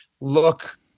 look